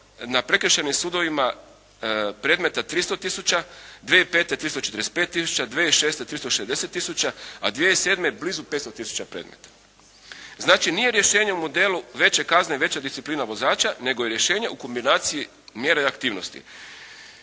na prekršajnim sudovima predmeta 300 tisuća, 2005. 345 tisuća, 2006. 360 tisuća, a 2007. blizu 500 tisuća predmeta. Znači, nije rješenje u modelu veće kazne i veća disciplina vozača, nego je rješenje u kombinaciji mjere i aktivnosti.